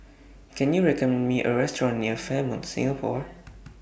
Can YOU recommend Me A Restaurant near Fairmont Singapore